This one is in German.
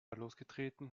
losgetreten